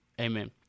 Amen